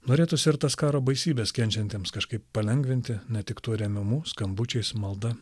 norėtųsi ir tas karo baisybes kenčiantiems kažkaip palengvinti ne tik tuo rėmimu skambučiais malda